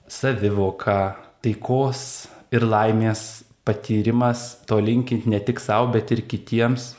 savivoka taikos ir laimės patyrimas to linkint ne tik sau bet ir kitiems